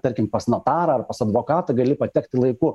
tarkim pas notarą ar pas advokatą gali patekti laiku